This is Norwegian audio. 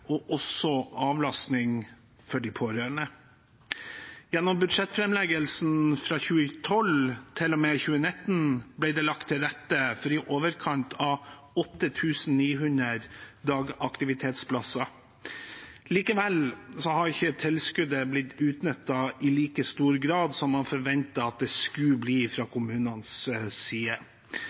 og også avlastning for de pårørende. Gjennom budsjettframleggelsen fra 2012 til og med 2019 ble det lagt til rette for i overkant av 8 900 dagaktivitetsplasser. Likevel har ikke tilskuddet blitt utnyttet i like stor grad som man forventet at det skulle bli fra kommunenes side.